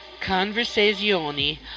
Conversazioni